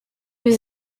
was